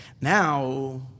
Now